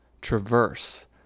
traverse